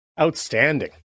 Outstanding